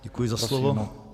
Děkuji za slovo.